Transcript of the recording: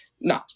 No